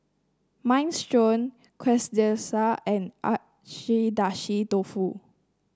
Minestrone Quesadillas and Dofu